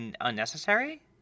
unnecessary